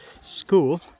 school